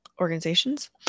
organizations